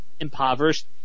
impoverished